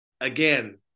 again